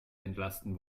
entlasten